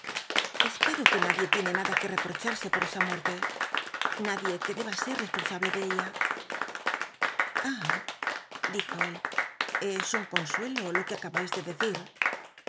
espero uc nadie tiene nada que reprochase por esa muerte na die jue deba ser responsable de ella ah dijo él es un consuelo lo que acabais de decir